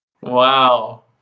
Wow